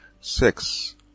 Six